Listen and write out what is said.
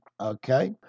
okay